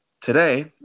Today